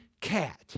cat